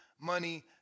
Money